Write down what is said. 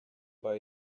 buy